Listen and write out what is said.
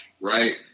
right